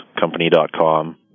company.com